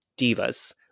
divas